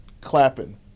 clapping